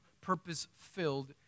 purpose-filled